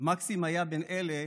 מקסים היה בין אלה